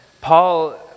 Paul